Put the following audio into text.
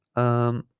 um